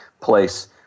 place –